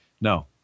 no